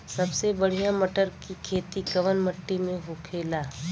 सबसे बढ़ियां मटर की खेती कवन मिट्टी में होखेला?